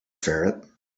ferret